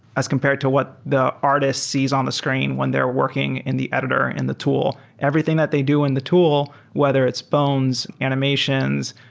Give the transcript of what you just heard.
as compared to what the artist sees on the screen when they're working in the editor and the tool. everything that they do in the tool, whether it's bones, animations,